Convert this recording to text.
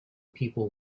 people